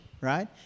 right